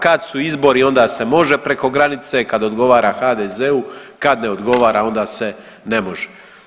Kad su izbori onda se može preko granice kad odgovara HDZ-u kad ne odgovara onda se ne može.